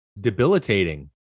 Debilitating